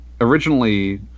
originally